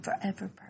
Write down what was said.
forever